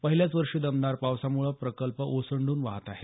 पहिल्याच वर्षी दमदार पावसामुळे प्रकल्प ओसंडून वाहत आहे